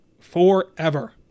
forever